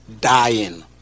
dying